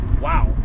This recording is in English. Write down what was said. wow